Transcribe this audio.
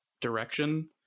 direction